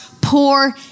poor